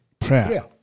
prayer